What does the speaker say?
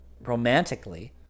romantically